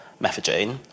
methadone